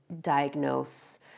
diagnose